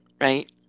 right